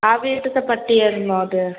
ആ വീട്ടിലത്തേ പട്ടി ആയിരുന്നോ അത്